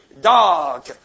dog